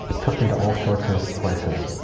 took me to all sorts of places.